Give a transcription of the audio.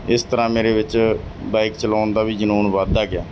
ਇਸ ਤਰ੍ਹਾਂ ਮੇਰੇ ਵਿੱਚ ਬਾਈਕ ਚਲਾਉਣ ਦਾ ਵੀ ਜਨੂੰਨ ਵੱਧਦਾ ਗਿਆ